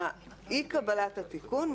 אי קבלת התיקון,